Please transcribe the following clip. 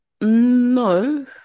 no